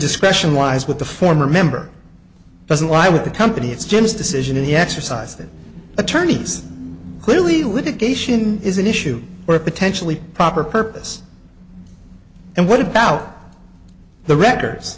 discretion wise with the former member doesn't lie with the company its just decision in the exercise that attorneys clearly litigation is an issue or potentially proper purpose and what about the records